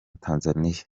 tanzania